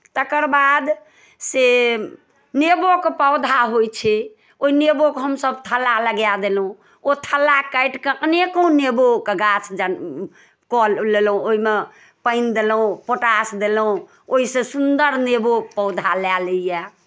तकर बाद से नेबोके पौधा होइ छै ओहि नेबोके हमसभ थल्ला लगाए देलहुँ ओ थल्ला काटि कऽ अनेको नेबोके गाछ जन्म कऽ लेलौँ ओहिमे पानि देलहुँ पोटाश देलहुँ ओहिसँ सुन्दर नेबो पौधा लए लैए